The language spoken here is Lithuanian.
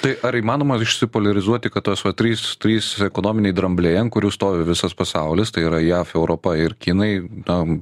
tai ar įmanoma išsipoliarizuoti kad tos vat trys trys ekonominiai drambliai ant kurių stovi visas pasaulis tai yra jav europa ir kinai tam